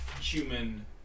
human